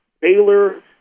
Baylor